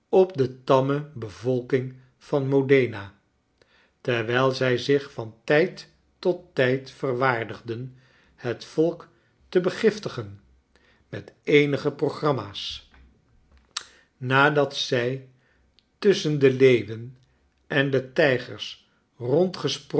op de tarn me bevolking van mo den a terwijl zij zich vantijd tot tijd verwaardigden het volk te begiftigen met eenige programma's nadat zij tusschen de leeuwen en tijgers